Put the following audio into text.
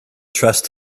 trust